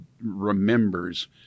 remembers